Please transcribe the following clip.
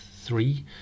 three